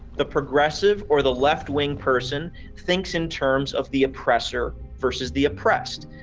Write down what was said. the progressive or the left wing person thinks in terms of the oppressor versus the oppressed.